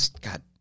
God